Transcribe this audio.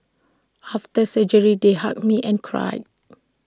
after surgery they hugged me and cried